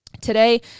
Today